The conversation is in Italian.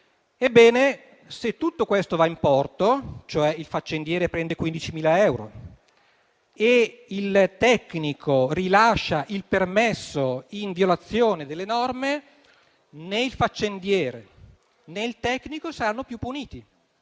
ebbene, se tutto questo va in porto, cioè il faccendiere prende 15.000 euro e il tecnico rilascia il permesso in violazione delle norme, né il faccendiere, né il tecnico saranno più puniti